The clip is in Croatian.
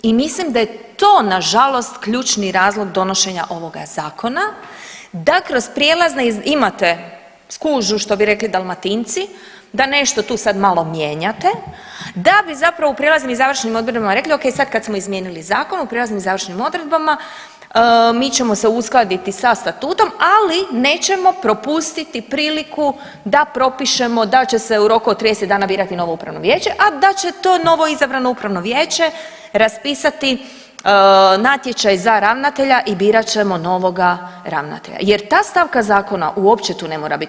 I mislim da je to nažalost ključni razlog donošenja ovoga zakona da kroz prijelazne, imate skužu što bi rekli Dalmatinci, da nešto tu sad malo mijenjate, da bi zapravo u prijelaznim i završnim odredbama rekli ok, sada kada smo izmijenili zakon u prijelaznim i završnim odredbama mi ćemo se uskladiti sa statutom, ali nećemo propustiti priliku da propišemo da će se u roku od 30 dana birati novo upravno vijeće, a da će to novoizabrano upravno vijeće raspisati natječaj za ravnatelja i birat ćemo novoga ravnatelja jer ta stavka zakona uopće tu ne mora bit.